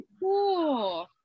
cool